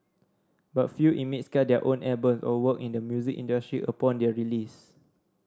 but few inmates cut their own album or work in the music industry upon their release